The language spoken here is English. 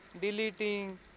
deleting